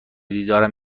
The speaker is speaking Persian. دیدارم